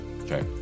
Okay